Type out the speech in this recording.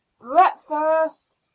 breakfast